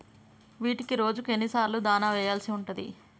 వీటికి రోజుకు ఎన్ని సార్లు దాణా వెయ్యాల్సి ఉంటది?